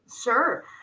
sure